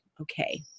okay